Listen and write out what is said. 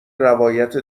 روایت